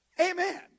Amen